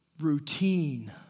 routine